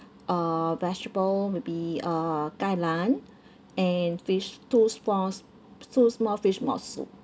uh vegetable maybe uh kai lan and fish two small two small fish maw soup